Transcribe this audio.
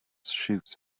shoes